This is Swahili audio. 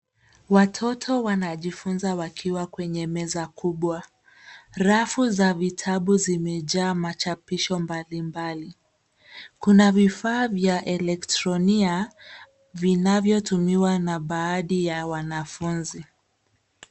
Watoto wanajifunza wakiwa kwenye meza kubwa. Rafu za vitabu zimejaa machapisho mbalimbali. Kuna vifaa vya elektronia vinavyotumiwa na baadhi ya wanafunzi.